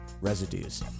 Residues